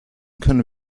können